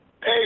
Hey